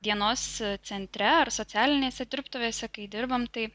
dienos centre ar socialinėse dirbtuvėse kai dirbam tai